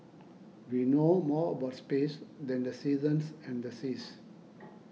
we know more about space than the seasons and the seas